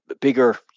bigger